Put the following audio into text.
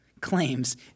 claims